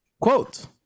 Quote